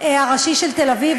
הראשי של תל-אביב,